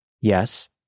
Yes